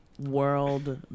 world